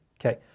okay